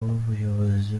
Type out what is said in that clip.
ubuyobozi